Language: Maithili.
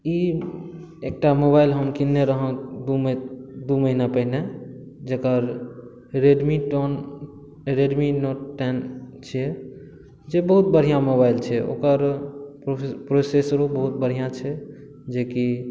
ई एकटा मोबाइल हम किनने रहौं दू दू महिना पहिने जकर Redmi tone Redmi note ten छियै जे बहुत बढियाँ मोबाइल छै ओकर प्रोसेसरो बहुत बढ़िआँ छै जेकि